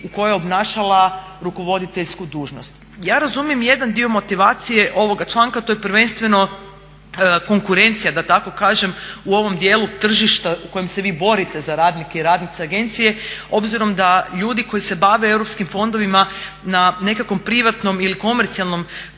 u kojoj je obnašala rukovoditeljsku dužnost. Ja razumijem jedan dio motivacije ovoga članka, to je prvenstveno konkurencija u ovom dijelu tržišta u kojem se vi borite za radnike i radnice agencije obzirom da ljudi koji se bave europskim fondovima na nekakvom privatnom ili komercijalnom